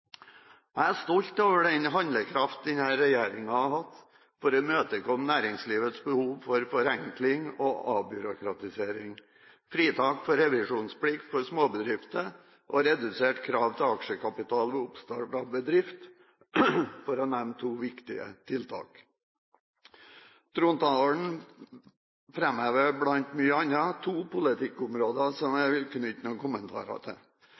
Jeg er stolt over den handlekraft denne regjeringen har hatt for å imøtekomme næringslivets behov for forenkling og avbyråkratisering: fritak for revisjonsplikt for småbedrifter og reduserte krav til aksjekapital ved oppstart av bedrift, for å nevne to viktige tiltak. Trontalen framhever, blant mye annet, to politikkområder som jeg vil knytte noen kommentarer til.